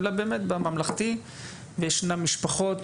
אלא באמת בממלכתי וישנם משפחות